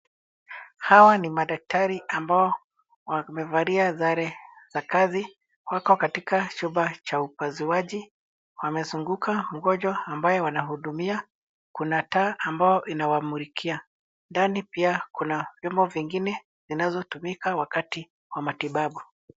Hawa ni madaktari ambao wamevalia sare za kazi. Wako katika chumba cha upasuaji. Wanazunguka mgonjwa ambaye wanahudumia. Kuna taa ambayo inawamulikia. Ndani pia kuna vyombo vingine vinavyotumika wakati wa matibabu.